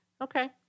Okay